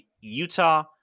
Utah